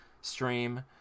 stream